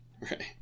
Right